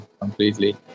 completely